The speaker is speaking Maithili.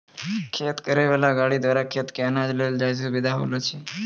खेती करै वाला गाड़ी द्वारा खेत से अनाज ले जाय मे सुबिधा होलो छै